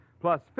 plus